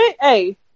hey